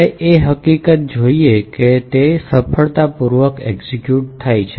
આપણે એ હકીકત જોઈએ છીએ કે તે સફળતાપૂર્વક એક્ઝેક્યુટ થયેલ છે